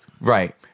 right